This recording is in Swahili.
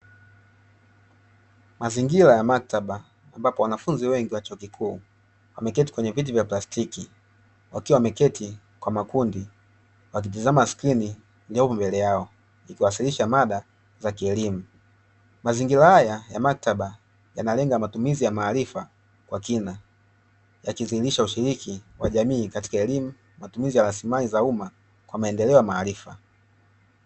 Mazingira ya maktaba ambapo wanafunzi wengi wa chuo kikuu wameketi kwenye viti vya plastiki, wakiwa wameketi kwa makundi wakitazama skrini iliyopo mbele yao ikiwakilisha mada za kielimu. Mazingira haya ya maktaba yanalenga matumizi ya maarifa kwa kina yakidhirisha ushiriki wa jamii katika elimu, matumizi ya rasilimali za umma kwa maendeleo ya maarifa.